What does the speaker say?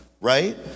Right